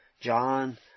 John